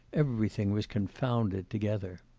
everything was confounded together.